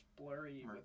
blurry